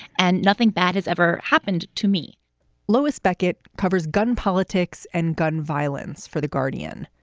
and nothing bad has ever happened to me lois beckett covers gun politics and gun violence for the guardian.